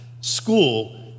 school